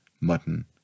mutton